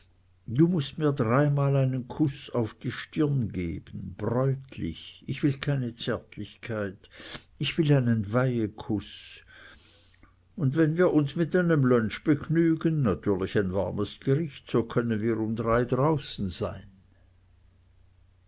du mußt mir dreimal einen kuß auf die stirn geben bräutlich ich will keine zärtlichkeit ich will einen weihekuß und wenn wir uns mit einem lunch begnügen natürlich ein warmes gericht so können wir um drei draußen sein